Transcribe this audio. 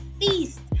feast